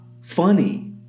funny